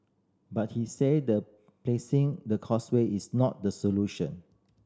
but he said that placing the Causeway is not the solution